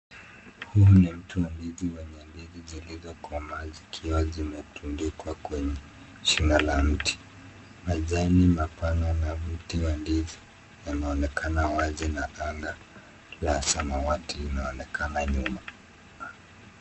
Huu ni mti wa ndizi, wenye ndizi zilizokomaa zikiwa zimetundikwa kwenye shina la mti. Majani mapana na mti wa ndizi yanaonekana wazi na anga la samawati inaonekana nyuma.